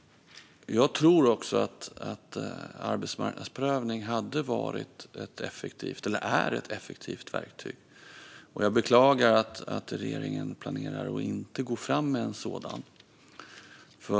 Jag tror att arbetsmarknadsprövning är ett effektivt verktyg. Jag beklagar att regeringen planerar att inte gå fram med en sådan.